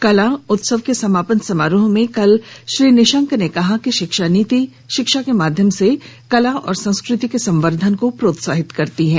कला उत्सव के समापन समारोह में कल श्री निशंक ने कहा कि शिक्षा नीति शिक्षा के माध्यम से कला और संस्कृति के संवर्द्वन को प्रोत्साहित करती है